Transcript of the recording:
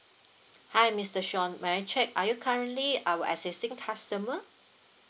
hi mister sean may I check are you currently our existing customer